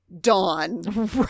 Dawn